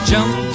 Jump